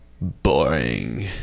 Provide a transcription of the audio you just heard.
boring